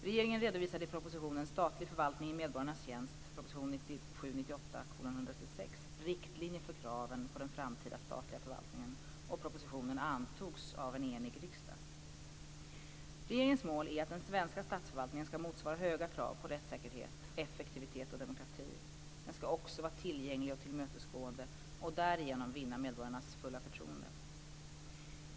Regeringen redovisade i propositionen Statlig förvaltning i medborgarnas tjänst riktlinjer för kraven på den framtida statliga förvaltningen. Propositionen antogs av en enig riksdag. Regeringens mål är att den svenska statsförvaltningen ska motsvara höga krav på rättssäkerhet, effektivitet och demokrati. Den ska också vara tillgänglig och tillmötesgående och därigenom vinna medborgarnas fulla förtroende.